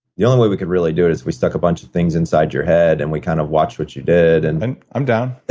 the only way we could really do it is if we stuck a bunch of things inside your head, and we kind of watched what you did, and and i'm down